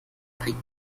bringt